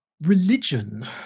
religion